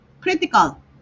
critical